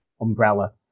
umbrella